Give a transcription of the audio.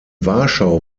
warschau